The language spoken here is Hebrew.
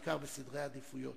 בעיקר בסדרי עדיפויות.